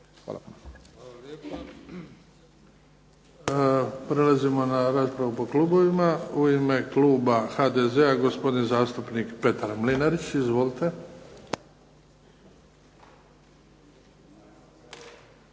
(HDZ)** Hvala lijepa. Prelazimo na raspravu po Klubovima. U ime Kluba HDZ-a gospodin zastupnik Petar Mlinarić. Izvolite.